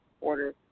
order